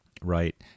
Right